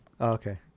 Okay